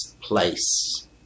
place